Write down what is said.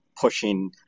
pushing